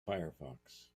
firefox